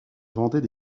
vendait